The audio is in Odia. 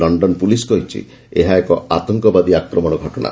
ଲଣ୍ଡନ ପୁଲିସ୍ କହିଛି ଏହା ଏକ ଆତଙ୍କବାଦୀ ଆକ୍ରମଣ ଘଟଣା